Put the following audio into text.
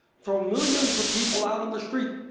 throw millions of people out on the street.